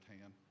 hand